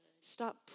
Stop